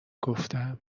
گفتم